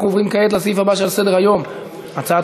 אנחנו עוברים כעת לסעיף הבא שעל סדר-היום: הצעת